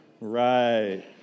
Right